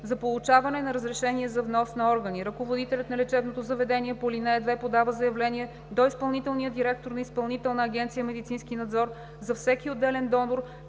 За получаване на разрешение за внос на органи ръководителят на лечебното заведение по ал. 2 подава заявление до изпълнителния директор на Изпълнителна агенция „Медицински надзор“ за всеки отделен донор,